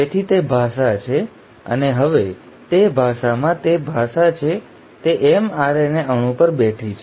તેથી તે ભાષા છે અને હવે તે ભાષામાં તે ભાષા છે તે mRNA અણુ પર બેઠી છે